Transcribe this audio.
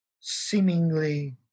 seemingly